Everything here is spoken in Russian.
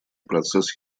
процесс